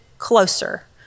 closer